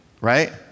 right